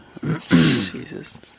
Jesus